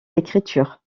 l’écriture